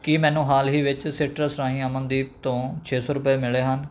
ਕੀ ਮੈਨੂੰ ਹਾਲ ਹੀ ਵਿੱਚ ਸਿਟਰਸ ਰਾਹੀਂ ਅਮਨਦੀਪ ਤੋਂ ਛੇ ਸੌ ਰੁਪਏ ਮਿਲੇ ਹਨ